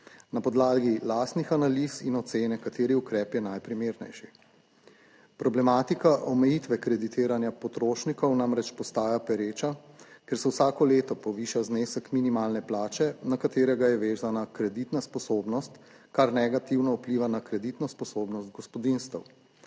Na podlagi lastnih analiz in oceni kateri ukrep je najprimernejši. Problematika omejitve kreditiranja potrošnikov namreč postaja pereča, ker se vsako leto poviša znesek minimalne plače, na katerega je vezana kreditna sposobnost, kar negativno vpliva na kreditno sposobnost gospodinjstev.